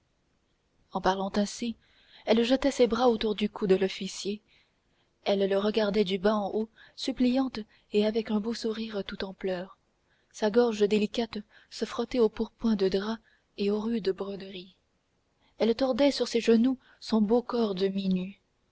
en parlant ainsi elle jetait ses bras autour du cou de l'officier elle le regardait du bas en haut suppliante et avec un beau sourire tout en pleurs sa gorge délicate se frottait au pourpoint de drap et aux rudes broderies elle tordait sur ses genoux son beau corps demi-nu